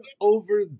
over